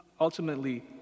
ultimately